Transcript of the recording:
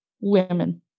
women